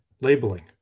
labeling